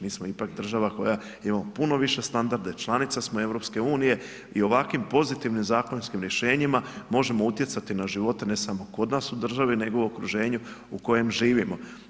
Mi smo ipak država koja imamo puno više standarde, članica smo EU i ovakvim pozitivnim zakonskim rješenjima možemo utjecati na živote, ne samo kod nas u državi nego u okruženju u kojem živimo.